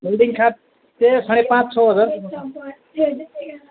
folding खाट त्यही हो साढे पाँच छ हजार